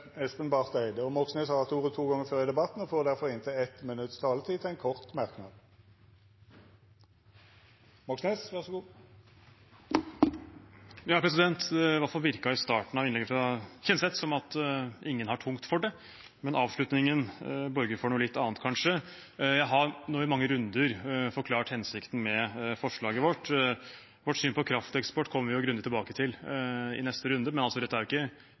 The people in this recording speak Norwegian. Moxnes har hatt ordet to gonger tidlegare og får ordet til ein kort merknad, avgrensa til 1 minutt. Iallfall i starten av innlegget til Kjenseth virket det som at ingen har tungt for det, men avslutningen borget kanskje for noe litt annet. Jeg har nå i mange runder forklart hensikten med forslaget vårt. Vårt syn på krafteksport kommer vi grundig tilbake til i neste runde, men vi er altså ikke prinsipielt imot enhver krafteksport eller for å kappe enhver etablert kabel til utlandet. Vi er